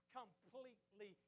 completely